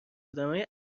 آدمهای